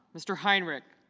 mr. heinrich